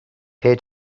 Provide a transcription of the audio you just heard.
peer